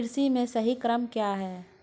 कृषि में सही क्रम क्या है?